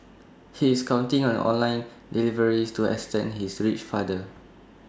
he is counting on online deliveries to extend his reach farther